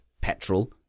petrol